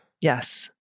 Yes